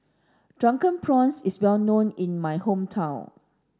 drunken prawns is well known in my hometown